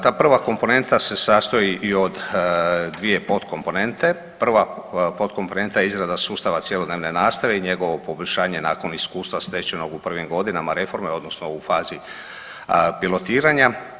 Ta prva komponenta se sastoji i od dvije pod komponente, prva pod komponenta je izrada sustava cjelodnevne nastave i njegovo poboljšanje nakon iskustva stečenog u prvim godinama reforme odnosno u fazi pilotiranja.